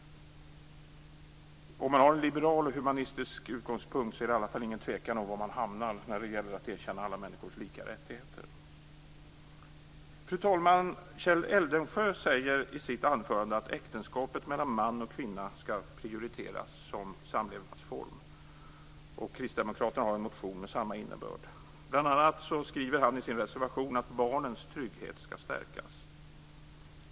Om man har en liberal och humanistisk utgångspunkt är det i alla fall ingen tvekan om var man hamnar när det gäller att erkänna alla människors lika rättigheter. Fru talman! Kjell Eldensjö säger i sitt anförande att äktenskapet mellan man och kvinna skall prioriteras som samlevnadsform. Kristdemokraterna har en motion med samma innebörd. Bl.a. skriver han i sin reservation att barnens trygghet skall stärkas.